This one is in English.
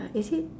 is it